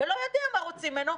ולא יודע מה רוצים ממנו,